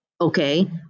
okay